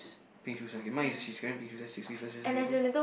pink shoes okay mine is she is carrying pink shoes that's six difference already